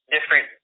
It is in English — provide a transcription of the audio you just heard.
different